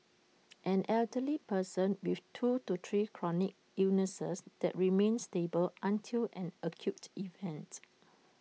an elderly person with two to three chronic illnesses that remain stable until an acute event